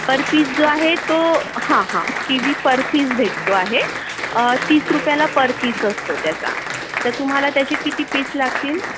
पर piece जो आहे तो हां हां किवी पर पीस भेटतो आहे तीस रुपयाला पर पीस असतो त्याचा तर तुम्हाला त्याचे किती पीस लागतील